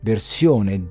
Versione